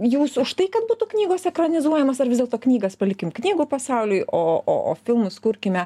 jūs už tai kad būtų knygos ekranizuojamos ar vis dėlto knygas palikim knygų pasauliui o o filmus kurkime